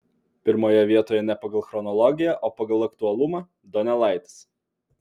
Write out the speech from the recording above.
pirmoje vietoje ne pagal chronologiją o pagal aktualumą donelaitis